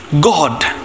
God